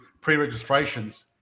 pre-registrations